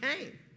came